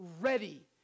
ready